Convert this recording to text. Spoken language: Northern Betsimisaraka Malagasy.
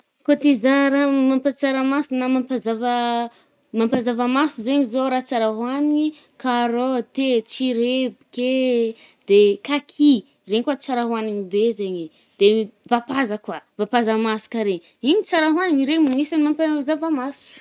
Koà te izaha raha mampatsara maso na mampazava mampazava maso zaigny zao raha tsara ohanigny karôty e, tsireboka e, de kaki, regny koà tsara hoanigny be zaigny e, de m- vapaza koà, vapaza masaka re, igny tsara ohanigny. Regny isan’ny raha mampazava maso.